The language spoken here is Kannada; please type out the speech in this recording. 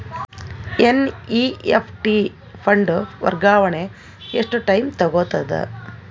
ಎನ್.ಇ.ಎಫ್.ಟಿ ಫಂಡ್ ವರ್ಗಾವಣೆ ಎಷ್ಟ ಟೈಮ್ ತೋಗೊತದ?